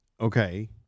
okay